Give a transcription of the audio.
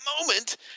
moment